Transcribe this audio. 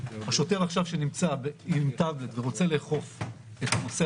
שוטר שנמצא עכשיו עם טאבלט ורוצה לאכוף את הנושא